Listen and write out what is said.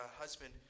husband